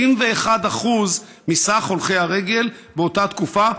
31% מכלל הולכי הרגל באותה תקופה,